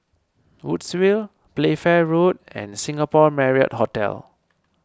Woodsville Playfair Road and Singapore Marriott Hotel